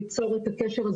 מה שקורה,